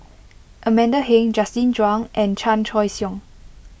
Amanda Heng Justin Zhuang and Chan Choy Siong